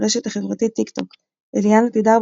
ברשת החברתית טיקטוק אליאנה תדהר,